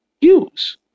use